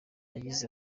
yagize